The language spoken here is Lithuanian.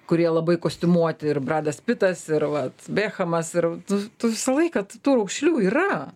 kurie labai kostiumuoti ir bredas pitas ir vat bechamas ir tų tų visą laiką tų tų raukšlių yra